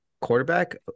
quarterback